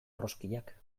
erroskillak